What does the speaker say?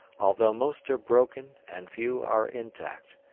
although most are broken and few are intact,